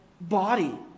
body